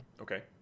Okay